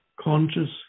Conscious